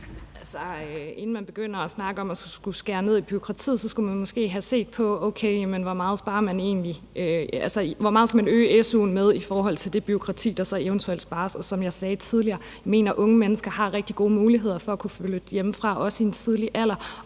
Inden man begynder at snakke om at skulle skære ned på bureaukratiet, skulle man måske have set på, hvor meget man skal øge su'en med, i forhold til det bureaukrati, der eventuelt spares. Som jeg sagde tidligere, mener jeg, at unge mennesker har rigtig gode muligheder for at kunne flytte hjemmefra også i en tidlig alder,